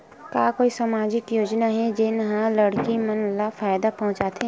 का कोई समाजिक योजना हे, जेन हा लड़की मन ला फायदा पहुंचाथे?